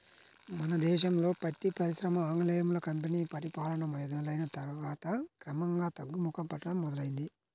మన దేశంలో పత్తి పరిశ్రమ ఆంగ్లేయుల కంపెనీ పరిపాలన మొదలయ్యిన తర్వాత క్రమంగా తగ్గుముఖం పట్టడం మొదలైంది